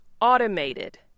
Automated